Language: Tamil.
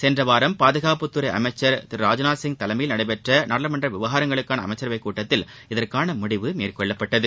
சென்ற வாரம் பாதுகாப்பு துறை அமைச்சர் திரு ராஜ்நாத்சிங் தலைமையில் நடைபெற்ற நாடாளுமன்ற விவகாரங்களுக்கான அமைச்சரவை கூட்டத்தில் இதற்கான முடிவு மேற்கொள்ளப்பட்டது